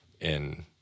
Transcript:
in-